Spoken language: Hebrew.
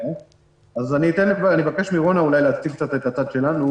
אז אני אבקש מרונה להציג את הצד שלנו.